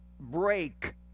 break